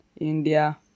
India